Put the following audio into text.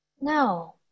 No